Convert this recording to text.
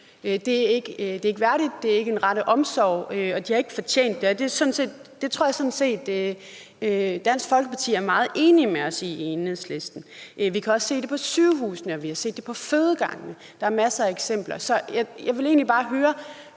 Det er ikke værdigt. Det er ikke den rette omsorg. Og de har ikke fortjent det. Det tror jeg sådan set at Dansk Folkeparti er meget enig med os i i Enhedslisten. Vi kan også se det på sygehusene, vi har set det på fødegangene. Der er masser af eksempler. Jeg vil egentlig bare høre,